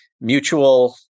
mutual